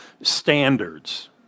standards